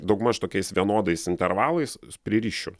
daugmaž tokiais vienodais intervalais pririšiu